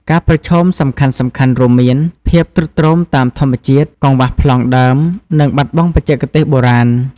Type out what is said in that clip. ការប្រឈមសំខាន់ៗរួមមាន ភាពទ្រុឌទ្រោមតាមធម្មជាតិ កង្វះប្លង់ដើម និងបាត់បង់បច្ចេកទេសបុរាណ។